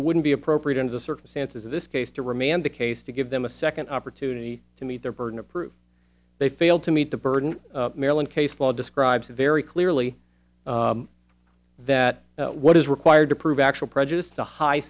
it wouldn't be appropriate under the circumstances of this case to remand the case to give them a second opportunity to meet their burden of proof they failed to meet the burden of maryland case law describes it very clearly that what is required to prove actual prejudice to high